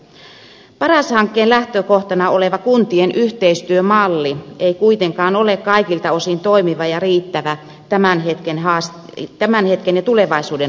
paras hankkeen lähtökohtana oleva kuntien yhteistyömalli ei kuitenkaan ole kaikilta osin toimiva ja riittävä tämän hetken ja tulevaisuuden haasteisiin